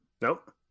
Nope